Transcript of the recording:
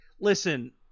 Listen